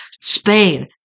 Spain